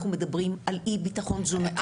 אנחנו מדברים על אי ביטחון תזונתי.